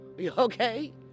Okay